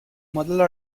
modello